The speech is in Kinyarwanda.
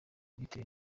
bitewe